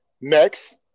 Next